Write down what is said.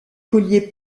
colliers